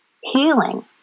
healing